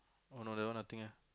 oh no that one nothing ah